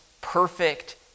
perfect